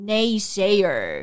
Naysayer